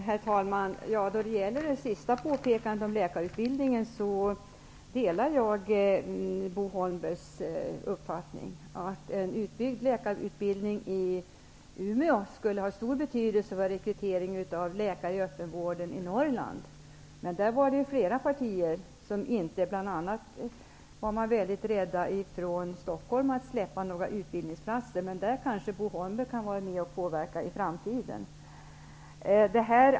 Herr talman! Jag delar Bo Holmbergs uppfattning om en utbyggnad av läkarutbildningen i Umeå. Det skulle ha stor betydelse vid rekrytering av läkare till öppenvården i Norrland. Det var ju flera partier som inte ville gå med på det. Bl.a. var man från Stockholm väldigt rädd att släppa några utbildningsplatser. Men i det fallet kan kanske Bo Holmberg vara med och påverka i framtiden.